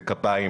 בקביים,